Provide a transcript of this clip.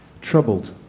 troubled